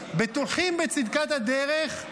בטוחים בצדקת הדרך,